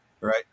right